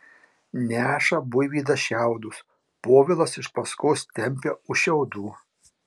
neša buivydas šiaudus povilas iš paskos tempia už šiaudų